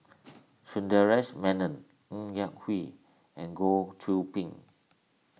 Sundaresh Menon Ng Yak Whee and Goh Qiu Bin